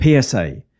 PSA